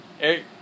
Eric